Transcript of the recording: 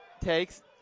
takes